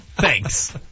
Thanks